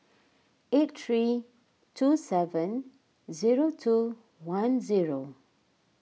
eight three two seven zero two one zero